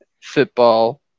Football